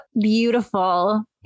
beautiful